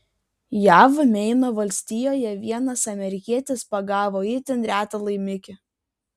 jav meino valstijoje vienas amerikietis pagavo itin retą laimikį